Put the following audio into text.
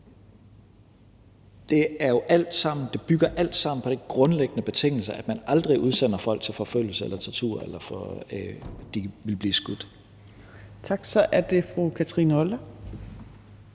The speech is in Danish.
at forlænge den. Men det bygger alt sammen på den grundlæggende betingelse, at man aldrig udsender folk til forfølgelse eller tortur eller til, at de vil blive skudt. Kl. 15:06 Tredje